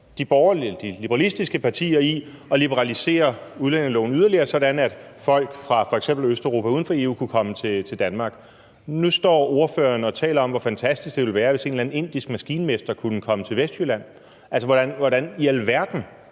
de liberalistiske partier i at liberalisere udlændingeloven yderligere, sådan at folk fra f.eks. Østeuropa uden for EU kunne komme til Danmark. Og nu står ordføreren og taler om, hvor fantastisk det ville være, hvis en eller anden indisk maskinmester kunne komme til Vestjylland. Altså, hvordan i alverden